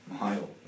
mile